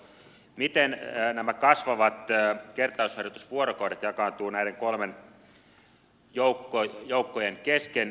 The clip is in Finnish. miten nämä lisääntyvät kertausharjoitusvuorokaudet jakaantuvat näiden kolmen joukon kesken